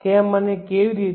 કેમ અને કેવી રીતે